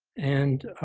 and